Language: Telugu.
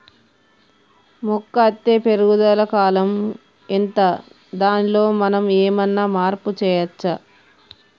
మొక్క అత్తే పెరుగుదల కాలం ఎంత దానిలో మనం ఏమన్నా మార్పు చేయచ్చా?